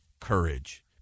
courage